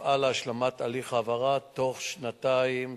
תפעל להשלמת הליך ההעברה בתוך שנתיים,